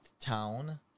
town